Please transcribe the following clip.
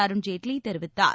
அருண்ஜேட்லி தெரிவித்தார்